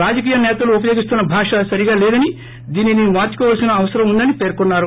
రాజకీయ నేతలు ఉపయోగిస్తున్న భాష సరిగా లేదని దీనిని మార్చుకోవాల్సిన అవసరం ఉందని పేర్కొన్నారు